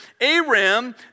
Aram